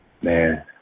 Man